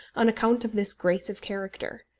on account of this grace of character.